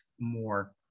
more